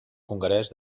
hongarès